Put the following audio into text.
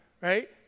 right